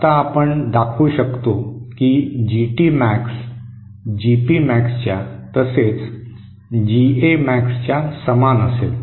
आता आपण दाखवू शकतो की जीटी मॅक्स जीपी मॅक्सच्या तसेच जीए मॅक्सच्या समान असेल